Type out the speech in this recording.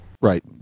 Right